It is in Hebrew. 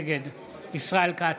נגד ישראל כץ,